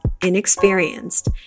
inexperienced